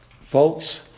Folks